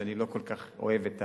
שאני לא כל כך אוהב את